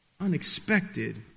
unexpected